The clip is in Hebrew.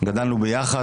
גדלנו ביחד,